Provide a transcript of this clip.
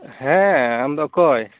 ᱦᱮᱸ ᱟᱢᱫᱚ ᱚᱠᱚᱭ